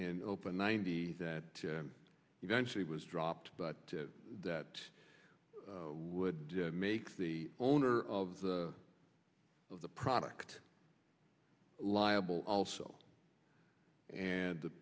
in open ninety that eventually was dropped but that would make the own of the of the product liable also and the